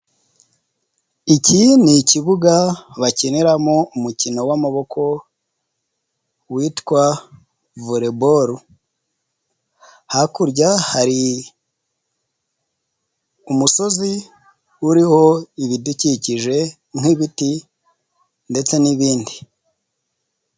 Iki ni ikibuga bakiniramo umukino w'amaboko witwa Volleyball. Hakurya hari umusozi uriho ibidukikije nk'ibiti ndetse n'ibindi.